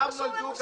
לא כולנו משוחתים.